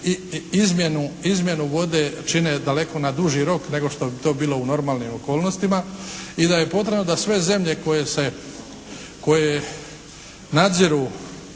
izmjenu vode čine daleko na duži rok nego što bi to bilo u normalnim okolnostima i da je potrebno da sve zemlje koje se, nadziru